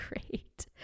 great